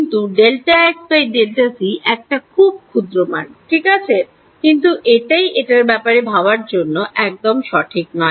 কিন্তু Δxc একটা খুব ক্ষুদ্র মান ঠিক আছে কিন্তু এটাই এটার ব্যাপারে ভাবার জন্য একদম সঠিক নয়